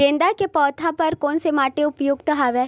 गेंदा के पौधा बर कोन से माटी उपयुक्त हवय?